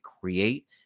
create